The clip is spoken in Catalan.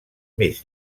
més